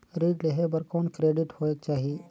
ऋण लेहे बर कौन क्रेडिट होयक चाही?